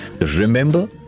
Remember